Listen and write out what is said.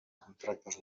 contractes